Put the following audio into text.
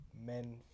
men